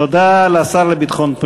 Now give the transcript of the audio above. תעשה הצעה לסדר-היום.